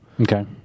Okay